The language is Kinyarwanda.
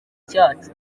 cyacu